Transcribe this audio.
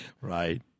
Right